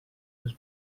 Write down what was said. les